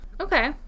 Okay